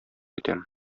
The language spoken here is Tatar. итәм